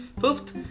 Fifth